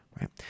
right